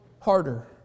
harder